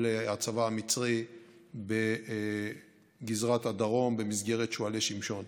הצבא המצרי בגזרת הדרום במסגרת שועלי שמשון.